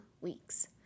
weeks